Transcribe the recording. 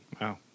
Wow